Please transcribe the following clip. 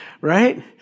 right